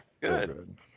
good